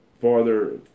farther